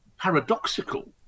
paradoxical